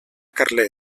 carlet